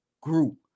group